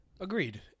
Agreed